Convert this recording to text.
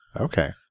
Okay